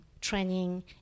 training